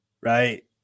right